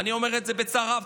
אני אומר את זה בצער רב,